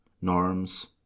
norms